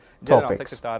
topics